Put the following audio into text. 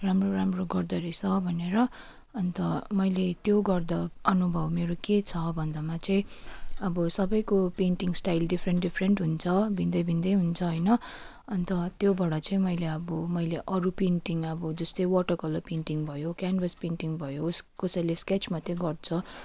राम्रो राम्रो गर्दोरहेछ भनेर अन्त मैले त्यो गर्दा अनुभव मेरो के छ भन्दामा चाहिँ अब सबैको पेन्टिङ स्टाइल डिफिरेन्ट डिफिरेन्ट हुन्छ भिन्दै भिन्दै हुन्छ होइन अन्त त्योबाट चाहिँ मैले अब मैले अरू पेन्टिङ अब जस्तो वाटर कलर पेन्टिङ भयो क्यान्भस पेन्टिङ भयो कसैले स्केच मात्रै गर्छ